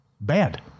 bad